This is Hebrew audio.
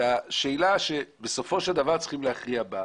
השאלה שבסופו של דבר צריכים להכריע בה.